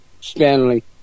Stanley